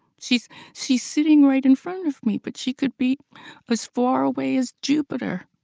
she's she's sitting right in front of me, but she could be as far away as jupiter.